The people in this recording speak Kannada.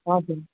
ಹಾಂ ಸರ್